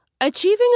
Achieving